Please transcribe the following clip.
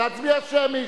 נצביע שמית.